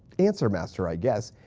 answer master i guess,